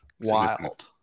wild